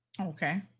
Okay